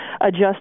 adjust